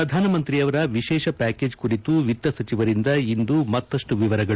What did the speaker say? ಪ್ರಧಾನಮಂತ್ರಿಯವರ ವಿಶೇಷ ಪ್ಲಾಕೇಜ್ ಕುರಿತು ವಿತ್ತ ಸಚಿವರಿಂದ ಇಂದು ಮತ್ತಷ್ಟು ವಿವರಗಳು